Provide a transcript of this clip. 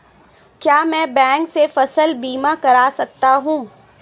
क्या मैं बैंक से फसल बीमा करा सकता हूँ?